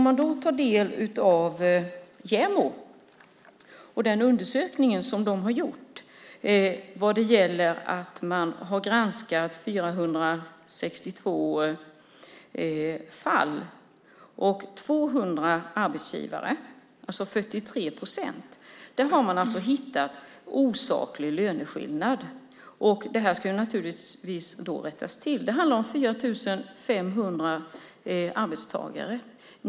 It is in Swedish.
Man kan ta del av vad JämO säger och av den undersökning som de har gjort. 462 fall har granskats. Hos 200 arbetsgivare, 43 procent, har man hittat osaklig löneskillnad. Det ska naturligtvis rättas till. Det handlar om 4 500 arbetstagare.